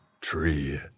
Tree